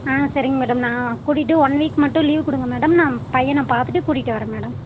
ஆ சரிங்க மேடம் நான் கூட்டிகிட்டு ஒன் வீக் லீவு கொடுங்க மேடம் பையனை பார்த்துட்டு கூட்டிகிட்டு வர மேடம்